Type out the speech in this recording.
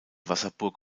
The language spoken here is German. wasserburg